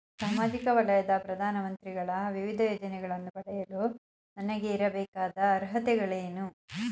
ಸಾಮಾಜಿಕ ವಲಯದ ಪ್ರಧಾನ ಮಂತ್ರಿಗಳ ವಿವಿಧ ಯೋಜನೆಗಳನ್ನು ಪಡೆಯಲು ನನಗೆ ಇರಬೇಕಾದ ಅರ್ಹತೆಗಳೇನು?